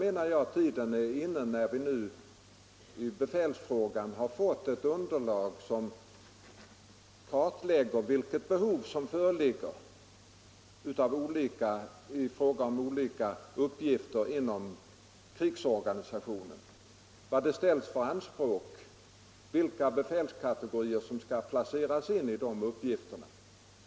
Men tiden är inne för en översyn, när vi i befälsfrågan har fått ett underlag som kartlägger vilket behov som föreligger i fråga om olika uppgifter inom krigsorganisationen — vad det ställs för anspråk, vilka befälskategorier som skall placeras på de olika uppgifterna etc.